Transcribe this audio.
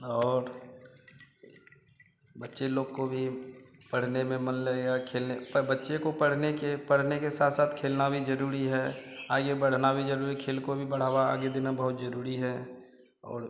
और बच्चे लोग को भी पढ़ने में मन लगेगा खेलने बच्चे को पढ़ने के पढ़ने के साथ साथ खेलना भी ज़रूरी है आगे बढ़ना भी ज़रूरी खेल को भी बढ़ावा आगे देना बहुत ज़रूरी है और